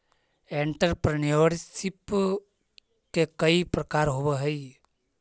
entrepreneurship के कई प्रकार होवऽ हई